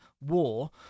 war